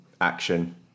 action